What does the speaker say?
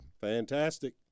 Fantastic